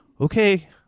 okay